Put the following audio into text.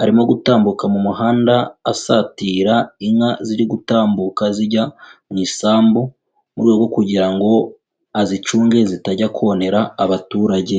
arimo gutambuka mu muhanda asatira inka ziri gutambuka zijya mu isambu, mu rwego rwo kugira ngo azicunge zitajya konera abaturage.